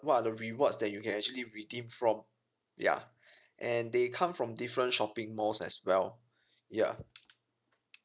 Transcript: what are the rewards that you can actually redeem from yeah and they come from different shopping malls as well ya